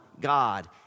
God